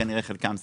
כנראה חלקם סגרו.